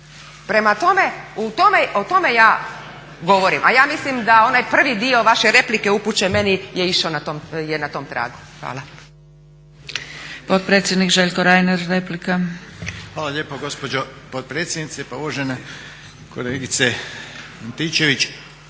Prema tome, o tome ja govorim, a ja mislim da onaj prvi dio vaše replike upućen meni je na tom tragu. Hvala.